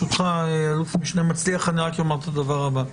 ברשותך, אל"מ מצליח, אני רק אומר את הדבר הבא: